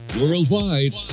Worldwide